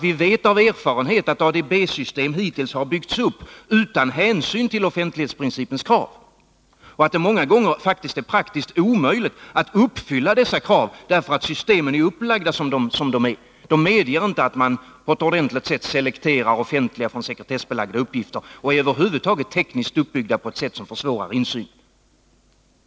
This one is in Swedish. Vi vet av erfarenhet att ADB-system hittills har byggts upp utan hänsyn till offentlighetsprincipens krav och att det många gånger är praktiskt omöjligt att uppfylla dessa krav, därför att systemen är upplagda så som de är. De medger inte att man på ett ordentligt sätt selekterar offentliga uppgifter från sekretessbelagda och är över huvud taget tekniskt uppbyggda på ett sätt som försvårar insyn.